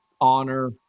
honor